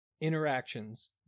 interactions